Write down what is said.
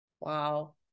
Wow